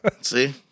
See